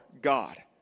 God